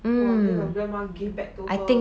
!wah! then your grandma give back to her